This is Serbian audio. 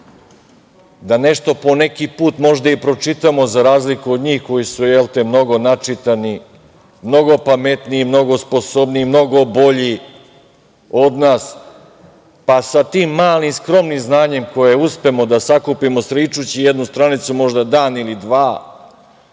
da nešto po neki put možda i pročitamo za razliku od njih koji su jel te mnogo načitani, mnogo pametniji, mnogo sposobniji, mnogo bolji od nas, pa sa tim malim skromnim znanjem koje uspemo da sakupimo sričući jednu stranicu možda dan ili dva